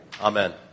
Amen